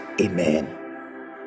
Amen